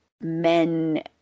men